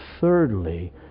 thirdly